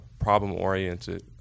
problem-oriented